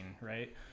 right